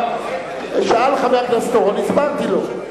שאל חבר הכנסת אורון, הסברתי לו.